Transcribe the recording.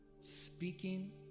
Speaking